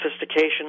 sophistication